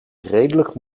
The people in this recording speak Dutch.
redelijk